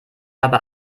habe